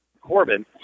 Corbin